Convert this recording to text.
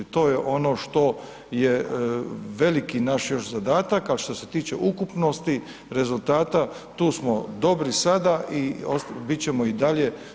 To je ono što je veliki naš još zadatak, a što se tiče ukupnosti, rezultata tu smo dobri sada i bit ćemo i dalje.